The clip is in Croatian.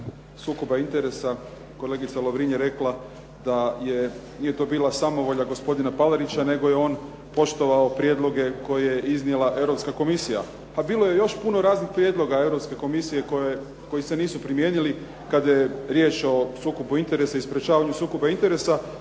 sukoba interesa. Kolegica Lovrin je rekla da to nije bila samovolja gospodina Palarića nego je on poštovao prijedloge koje je iznijela Europska komisija, a bilo je još puno raznih prijedloga Europske komisije koji se nisu primijenili kada je riječ o sukobu interesa i sprječavanju sukoba interesa,